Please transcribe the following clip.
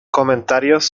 comentarios